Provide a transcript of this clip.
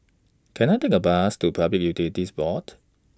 Can I Take A Bus to Public Utilities Board